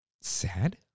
sad